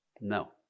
No